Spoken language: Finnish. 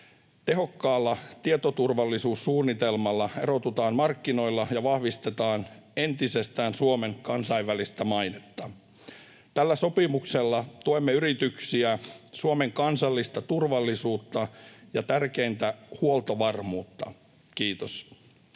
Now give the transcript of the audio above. Tehokkaalla tietoturvallisuussuunnitelmalla erotutaan markkinoilla ja vahvistetaan entisestään Suomen kansainvälistä mainetta. Tällä sopimuksella tuemme yrityksiä, Suomen kansallista turvallisuutta ja tärkeintä: huoltovarmuutta. — Kiitos.